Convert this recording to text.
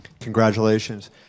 Congratulations